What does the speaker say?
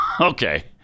Okay